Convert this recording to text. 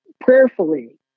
prayerfully